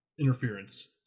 interference